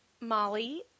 molly